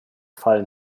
fallen